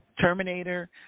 Terminator